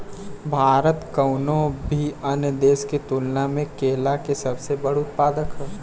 भारत कउनों भी अन्य देश के तुलना में केला के सबसे बड़ उत्पादक ह